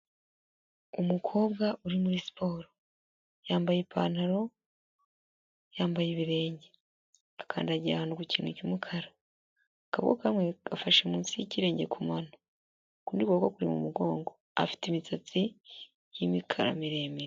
Umukobwa uri muri siporo yambaye ipantaro, yambaye ibirenge, akandagiye ahantu ku kintu cy'umukara, akaboko kamwe gafashe munsi y'ikirenge ku mano, ukundi kuboko kuri mu mugongo, afite imisatsi y'imikara miremire.